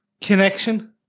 connection